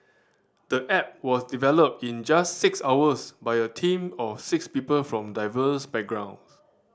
the app was developed in just six hours by you team of six people from diverse backgrounds